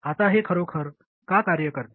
आता हे खरोखर का कार्य करते